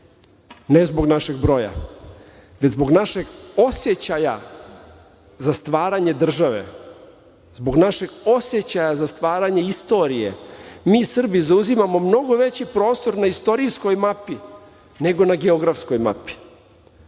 ne zbog našeg broja, već zbog našeg osećaja za stvaranje države, zbog našeg osećaja za stvaranje istorije. Mi Srbi zauzimamo mnogo veći prostor na istorijskoj mapi, nego na geografskoj mapi,